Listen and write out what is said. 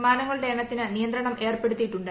വിമാനങ്ങളുടെ എണ്ണത്തിന് നിയന്ത്രണം ഏർപ്പെടുത്തിയിട്ടുണ്ട്